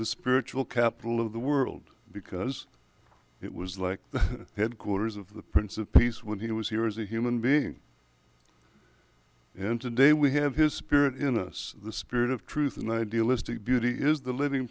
the spiritual capital of the world because it was like the headquarters of the prince of peace when he was here as a human being and today we have his spirit in us the spirit of truth and idealistic beauty is the living